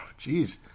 Jeez